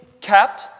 kept